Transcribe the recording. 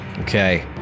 Okay